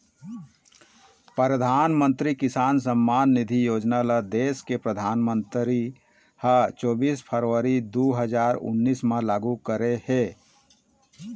परधानमंतरी किसान सम्मान निधि योजना ल देस के परधानमंतरी ह चोबीस फरवरी दू हजार उन्नीस म लागू करे हे